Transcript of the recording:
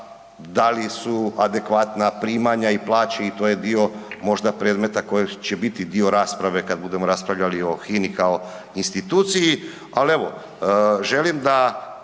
da li su adekvatna primanja i plaće i to je dio, možda predmeta koji će biti dio rasprave kad budemo raspravljali o HINA-i kao instituciji,